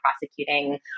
prosecuting